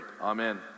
amen